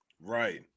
Right